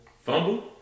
Fumble